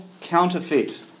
counterfeit